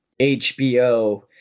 HBO